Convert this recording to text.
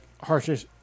harshness